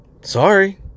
Sorry